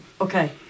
Okay